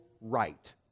right